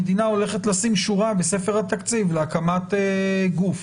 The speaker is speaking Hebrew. המדינה הולכת לשים שורה בספר התקציב להקמת גוף.